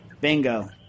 Bingo